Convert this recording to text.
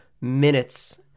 minutes